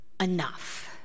enough